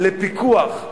לפיקוח,